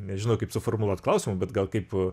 nežinau kaip suformuluot klausimą bet gal kaip